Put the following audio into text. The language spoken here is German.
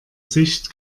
sicht